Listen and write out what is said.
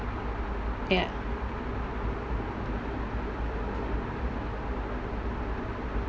ya